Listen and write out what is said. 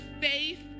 faith